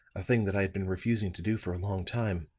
a thing that i had been refusing to do for a long time.